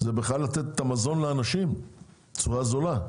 זה לתת מזון לאנשים בצורה זולה.